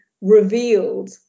revealed